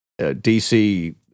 DC